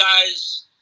guys